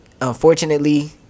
unfortunately